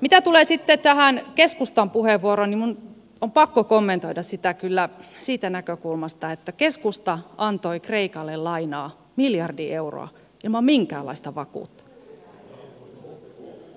mitä tulee sitten tähän keskustan puheenvuoroon niin minun on pakko kommentoida sitä kyllä siitä näkökulmasta että keskusta antoi kreikalle lainaa miljardi euroa ilman minkäänlaista vakuutta